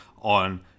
on